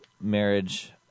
marriage